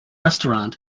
restaurant